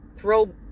Throw